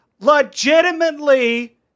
legitimately